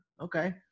Okay